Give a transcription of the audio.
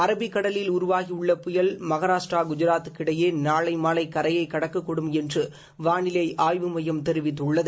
அரபிக்கடலில் உருவாகியுள்ள புயல் மகராஷ்டிரா குஜராத்துக்கு இடையே நாளை மாலை கரையைக் கடக்கக்கூடும் என்று வானிலை ஆய்வு மையம் தெரிவித்துள்ளது